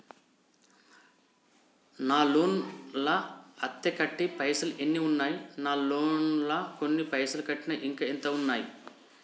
నా లోన్ లా అత్తే కట్టే పైసల్ ఎన్ని ఉన్నాయి నా లోన్ లా కొన్ని పైసల్ కట్టిన ఇంకా ఎంత ఉన్నాయి?